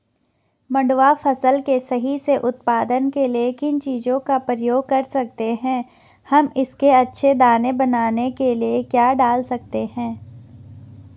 मंडुवा फसल के सही से उत्पादन के लिए किन चीज़ों का प्रयोग कर सकते हैं हम इसके अच्छे दाने बनाने के लिए क्या डाल सकते हैं?